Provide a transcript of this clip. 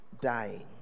dying